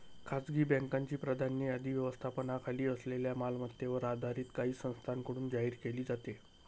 खासगी बँकांची प्राधान्य यादी व्यवस्थापनाखाली असलेल्या मालमत्तेवर आधारित काही संस्थांकडून जाहीर केली जाते